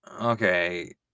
Okay